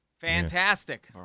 Fantastic